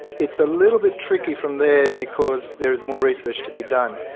it's a little bit tricky from there because there is more research to be done.